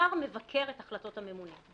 בעיקר מבקר את החלטות הממונה.